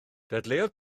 dadleuodd